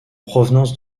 provenance